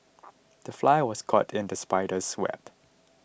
the fly was caught in the spider's web